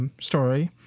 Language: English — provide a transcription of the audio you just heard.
story